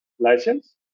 license